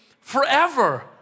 forever